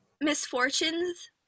misfortunes